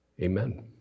amen